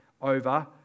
over